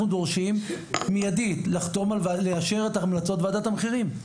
אנחנו דורשים מידית לאשר את המלצות ועדת המחירים.